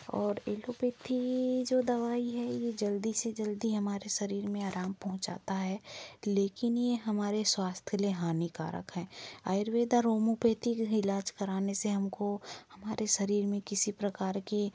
और एलोपैथी जो दवाई है ये जल्दी से जल्दी हमारे शरीर में अराम पहुँचाता है लेकिन ये हमारे स्वास्थ्य ले हानिकारक है आयुर्वेद और होमोपैथी जो है इलाज कराने से हम को हमारे शरीर में किसी प्रकार की